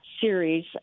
series